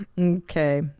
Okay